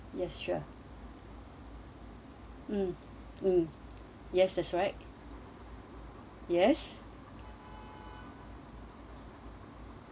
yes sure mm mm yes that's right yes